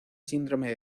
síndrome